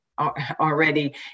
already